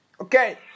okay